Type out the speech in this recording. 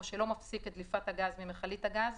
או שלא מפסיק את דליפת הגז ממכלית הגז